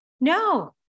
No